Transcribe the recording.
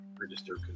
register